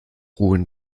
ruhen